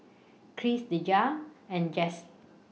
Crissie Deja and Jesse